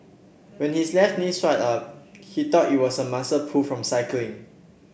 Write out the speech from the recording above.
when his left knee swelled up he thought it was a muscle pull from cycling